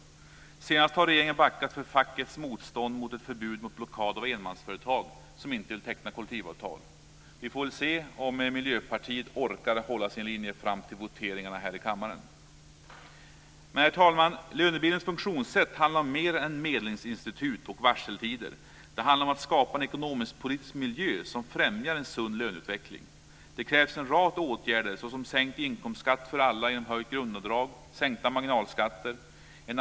Senast har regeringen backat för fackets motstånd mot ett förbud mot blockad av enmansföretag som inte vill teckna kollektivavtal. Vi får väl se om Miljöpartiet orkar hålla sin linje fram till voteringarna här i kammaren. Herr talman! Men lönebildningens funktionssätt handlar om mer än medlingsinstitut och varseltider. Det handlar om att skapa en ekonomisk-politisk miljö som främjar en sund löneutveckling. Det krävs en rad åtgärder såsom sänkt inkomstskatt för alla genom höjt grundavdrag och sänkta marginalskatter.